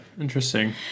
Interesting